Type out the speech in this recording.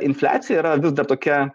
infliacija yra vis dar tokia